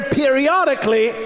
periodically